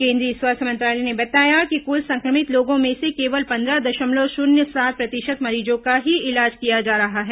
केन्द्रीय स्वास्थ्य मंत्रालय ने बताया कि कुल संक्रमित लोगों में से केवल पन्द्रह दशमलव शून्य सात प्रतिशत मरीजों का ही इलाज किया जा रहा है